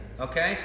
Okay